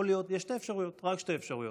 יש רק שתי אפשרויות: